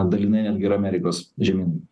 dalinai netgi ir amerikos žemynui